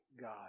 God